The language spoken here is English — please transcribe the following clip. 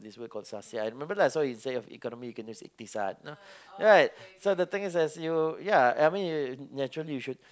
this word called sahsiah I remember lah so instead of economy you can use iktisad you know right so the thing is as you yeah naturally you should